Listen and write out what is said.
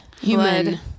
human